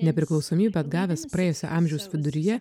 nepriklausomybę atgavęs praėjusio amžiaus viduryje